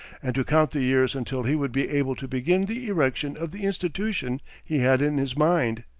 and to count the years until he would be able to begin the erection of the institution he had in his mind.